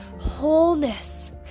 wholeness